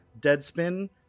Deadspin